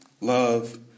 love